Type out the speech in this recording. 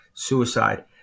suicide